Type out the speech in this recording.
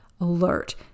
alert